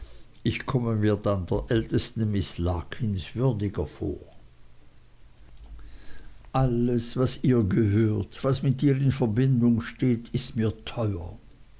ich komme mir dann der ältesten miß larkins würdiger vor alles was ihr gehört was mit ihr in verbindung steht ist mir teuer